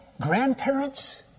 grandparents